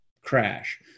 crash